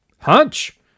hunch